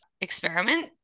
experiment